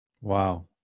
Wow